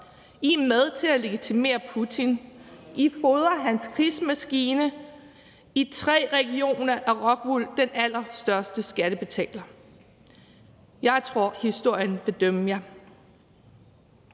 I er med til at legitimere Putin, I fodrer hans krigsmaskine. I tre regioner er Rockwool den allerstørste skattebetaler. Jeg tror, historien vil dømme jer.